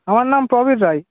আমার নাম প্রবীর রায়